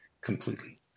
completely